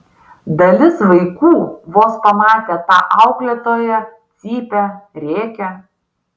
dalis vaikų vos pamatę tą auklėtoją cypia rėkia